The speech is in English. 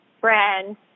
brand